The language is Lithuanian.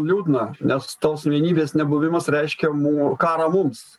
liūdna nes tos vienybės nebuvimas reiškia mu karą mums